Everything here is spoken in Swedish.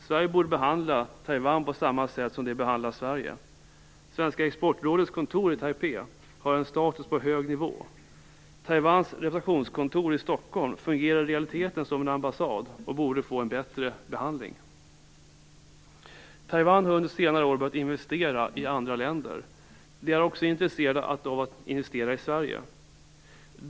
Sverige borde behandla Taiwan på samma sätt som Taiwan behandlar Sverige. Svenska exportrådets kontor i Taipei har en status på hög nivå. Taiwans representationskontor i Stockholm fungerar i realiteten som en ambassad och borde få en bättre behandling. Taiwan har under senare år börjat investera i andra länder. Taiwan är också intresserat av att investera i Sverige.